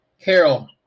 Carol